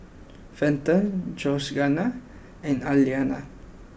Fenton Georganna and Alaina